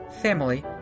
family